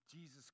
Jesus